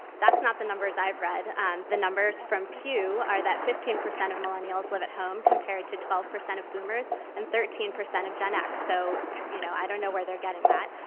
that's not the numbers i've read. um the numbers from pew are that fifteen percent of millennials live at home, compared to twelve percent of boomers and thirteen percent of genx. so, you know i don't know where they're getting that.